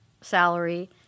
salary